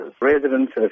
Residents